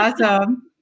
awesome